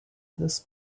this